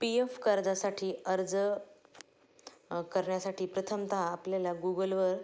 P F कर्जासाठी अर्ज करण्यासाठी प्रथमतः आपल्याला गुगलवर